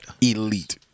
Elite